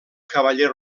cavaller